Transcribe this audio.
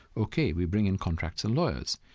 ok, we bring in contracts and lawyers.